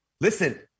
listen